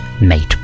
mate